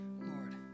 Lord